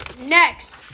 Next